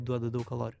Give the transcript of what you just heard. duoda daug kalorijų